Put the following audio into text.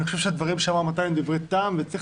אני חושב שהדברים שאמר מתן הם דברי טעם וצריך